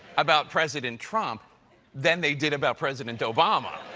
about president trump than they did about president obama.